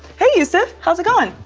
hi, yusuf. how's it going?